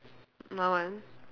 my one